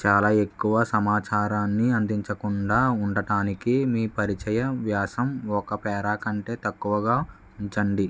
చాలా ఎక్కువ సమాచారాన్ని అందించకుండా ఉండటానికి మీ పరిచయ వ్యాసం ఒక పేరా కంటే తక్కువగా ఉంచండి